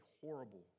horrible